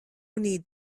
need